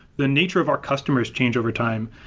the nature of our customers change overtime.